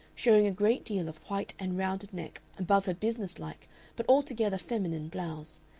showing a great deal of white and rounded neck above her business-like but altogether feminine blouse,